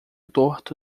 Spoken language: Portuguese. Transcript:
torto